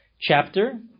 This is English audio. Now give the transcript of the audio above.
chapter